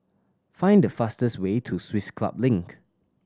find the fastest way to Swiss Club Link